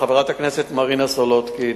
חברת הכנסת מרינה סולודקין,